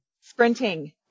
sprinting